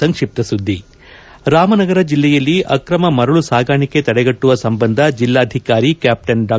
ಸಂಕ್ಷಿಪ್ತ ಸುದ್ದಿಗಳು ರಾಮನಗರ ಜಿಲ್ಲೆಯಲ್ಲಿ ಆಕ್ರಮ ಮರಳು ಸಾಗಾಣಿಕೆ ತಡೆಗಟ್ಟುವ ಸಂಬಂಧ ಜಿಲ್ಲಾಧಿಕಾರಿ ಕ್ಯಾಪ್ಸನ್ ಡಾ